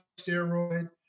steroid